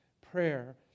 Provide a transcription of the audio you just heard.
prayer